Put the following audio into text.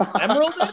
Emerald